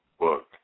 Book